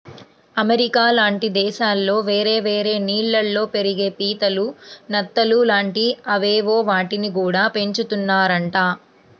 America లాంటి దేశాల్లో వేరే వేరే నీళ్ళల్లో పెరిగే పీతలు, నత్తలు లాంటి అవేవో వాటిని గూడా పెంచుతున్నారంట